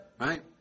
right